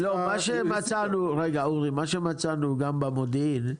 רגע אורי, מה שמצאנו גם במודיעין,